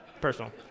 Personal